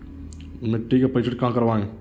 मिट्टी का परीक्षण कहाँ करवाएँ?